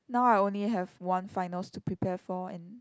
now I only have one finals to prepare for and